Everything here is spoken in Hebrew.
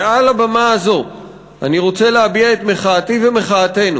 מעל הבמה הזו אני רוצה להביע את מחאתי ומחאתנו